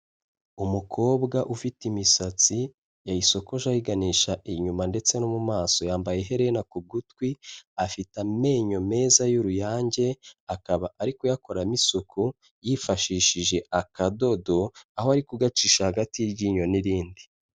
Umukobwa ufite imisatsi yayisokoje ayiganisha inyuma ndetse no mu maso. Yambaye iherena ku gutwi, afite amenyo meza y'uruyange, akaba ari kuyakoramo isuku yifashishije akadodo, aho ari kugacisha hagati y'iryinyo n'irindi.